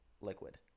liquid